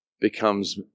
becomes